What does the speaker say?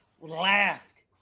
laughed